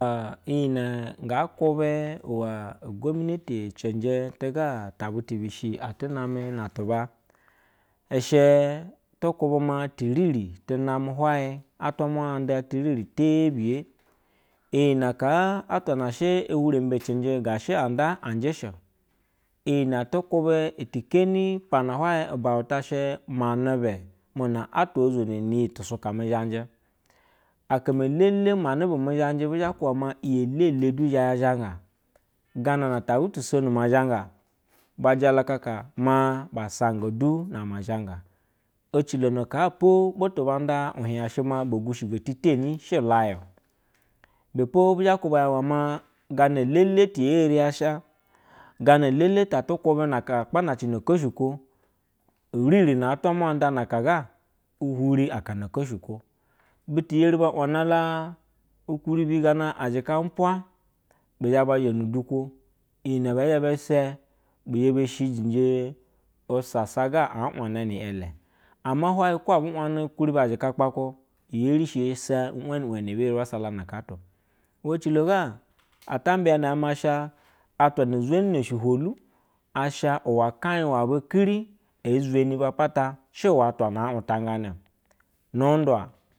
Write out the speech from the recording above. Bi yine ga kube lula ugomineyi cenji tuga tabutu bi shi atunane na tuba ishe tu be ma tinini tu na me haulai atwa mun andtiriri te biye ya nda anje she o iyi atukube ti kwi pana have ubanta she mane se na ata ozono niyi tu suka zajɛ aka elele mane ba mu zanjɛ bu zhebuka ma iyi elele au zhe ya zhanga ganena ta butu so name zanga ba zalajal naa sanga fu na ma zanga ozilo hea po butu nda. Tihinya shima gushigo teni shila ya be bizhe kuba ma gana elele tiye eriya sha gana elele ta kuba naka lapanhe anda na-aheaga uhuri aurana koshiko butu ba uba la lukuribi gaga azhika umpaa bu ba zha ni duko iyine bazhe ba sa bi zhe be shidije asasa ga aquana ni eile ama huwaye ko abu vone huri bi ashika lepar e erishi sa weni weni abi zhe sala na atao uve ecilo ga ata biya maa asha atuwa na zivini me suhula ash uwa kai wawba keri e zeri apata shu we atma a mutngano nu due.